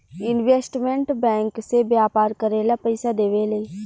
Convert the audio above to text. investment bank से व्यापार करेला पइसा देवेले